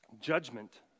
judgment